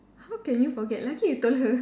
how can you forget lucky you told her